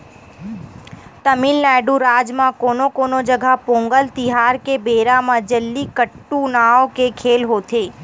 तमिलनाडू राज म कोनो कोनो जघा पोंगल तिहार के बेरा म जल्लीकट्टू नांव के खेल होथे